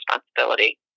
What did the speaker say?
responsibility